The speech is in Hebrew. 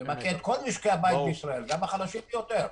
כל משקי הבית בישראל, גם החלשים ביותר.